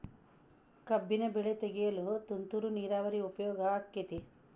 ಕಬ್ಬಿನ ಬೆಳೆ ತೆಗೆಯಲು ತುಂತುರು ನೇರಾವರಿ ಉಪಯೋಗ ಆಕ್ಕೆತ್ತಿ?